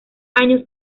años